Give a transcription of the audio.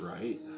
right